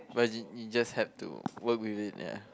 was it you just had to work with it ya